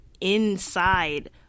inside